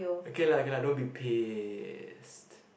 okay lah okay lah don't be pissed